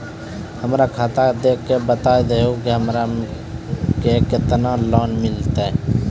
हमरा खाता देख के बता देहु के हमरा के केतना लोन मिलथिन?